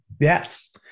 yes